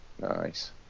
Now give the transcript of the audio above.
Nice